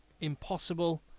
impossible